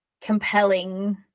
compelling